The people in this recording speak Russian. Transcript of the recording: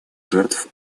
жертв